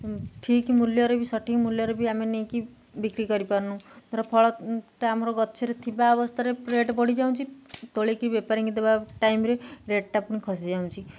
ଠିକ୍ ମୂଲ୍ୟରେ ବି ସଠିକ୍ ମୂଲ୍ୟରେ ବି ଆମେ ନେଇକି ବିକ୍ରି କରିପାରୁନୁ ଧର ଫଳଟା ଆମର ଗଛରେ ଥିବା ଅବସ୍ଥାରେ ରେଟ୍ ବଢ଼ିଯାଉଛି ତୋଳିକି ବେପାରିଙ୍ଗି ଦେବା ଟାଇମ୍ରେ ରେଟ୍ଟା ପୁଣି ଖସିଯାଉଛି